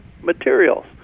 materials